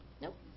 Nope